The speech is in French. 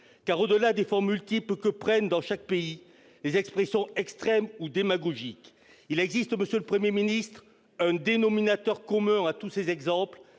Car, au-delà des formes multiples que prennent, dans chaque pays, les expressions extrêmes ou démagogiques, il existe, monsieur le Premier ministre, un dénominateur commun à tous ces exemples